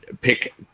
pick